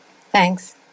Thanks